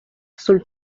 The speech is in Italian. sul